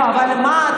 אבל מה,